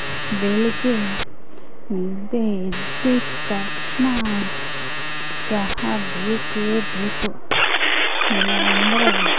ಬೆಳಗ್ಗೆ ನಿದ್ದೆ ಎದ್ದಿದ್ದ ತಕ್ಷಣ ಚಹಾ ಬೇಕೇ ಬೇಕು ಇಲ್ಲ ಅಂದರೆ